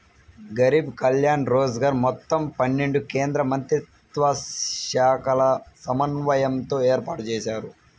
గరీబ్ కళ్యాణ్ రోజ్గర్ మొత్తం పన్నెండు కేంద్రమంత్రిత్వశాఖల సమన్వయంతో ఏర్పాటుజేశారు